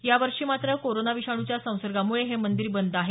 या वर्षी मात्र कोरोना विषाणूच्या संसर्गामुळे हे मंदिर बंद आहे